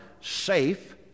safe